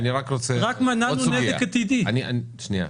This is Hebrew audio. היום יום שלישי, ו' בחשון התשפ"ב,